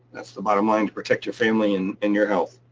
that's the bottom line to protect your family and and your health.